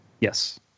Yes